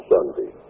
Sunday